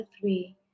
three